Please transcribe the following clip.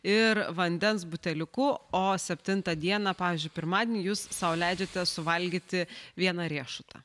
ir vandens buteliuku o septintą dieną pavyzdžiui pirmadienį jūs sau leidžiate suvalgyti vieną riešutą